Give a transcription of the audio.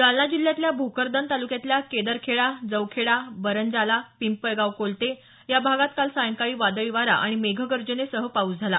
जालना जिल्ह्यातल्या भोकरदन तालुक्यातल्या केदरखेडा जवखेडा बरंजाला पिंपळगाव कोलते या भागात काल सायंकाळी वादळी वारा आणि मेघ गर्जनेसह पाऊस झाला